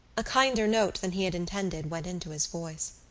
a kinder note than he had intended went into his voice.